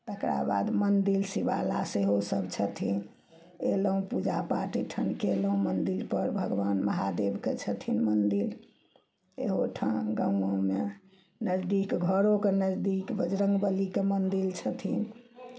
तकराबाद मन्दिर शिबाला सेहो सब छथिन अयलहुॅं पूजा पाठ एहिठाम केलहुॅं मन्दिर पर भगबान महादेबके छथिन मन्दिर एहुठाम गाँवओँमे नजदीक घरोके नजदीक बजरंगबलीके मन्दिर छथिन